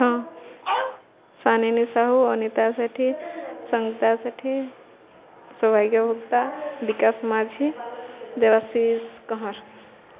ହଁ ସାନିନୀ ସାହୁ ଅନିତା ସେଠୀ ସତା ସେଠୀ ସଵଭାଗ୍ୟ ଭୁକ୍ତା ବିକାଶ ମାଝୀ ଦେବାଶିଷ କହଁର